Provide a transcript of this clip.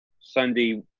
sunday